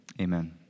Amen